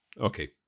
Okay